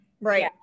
Right